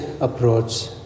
approach